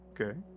Okay